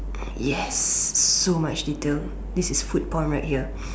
yes so much detail this is food porn right here